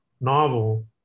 novel